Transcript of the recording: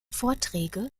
vorträge